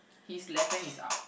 his left hand is up